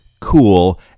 cool